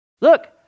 Look